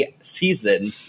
season